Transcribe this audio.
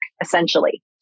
essentially